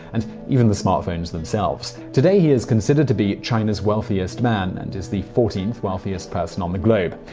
and even the smartphones themselves. today, he is considered to be china's wealthiest man and is the fourteenth wealthiest person on the globe.